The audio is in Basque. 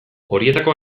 horietako